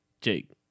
Jake